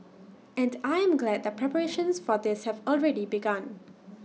and I am glad that preparations for this have already begun